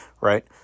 right